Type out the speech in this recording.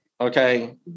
Okay